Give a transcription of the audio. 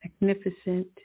magnificent